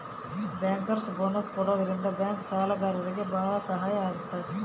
bankers bonus ಕೊಡೋದ್ರಿಂದ bank ಕೆಲ್ಸಗಾರ್ರಿಗೆ ಭಾಳ ಸಹಾಯ ಆಗುತ್ತೆ